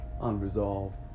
unresolved